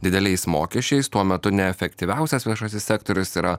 dideliais mokesčiais tuo metu neefektyviausias viešasis sektorius yra